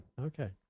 Okay